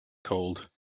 called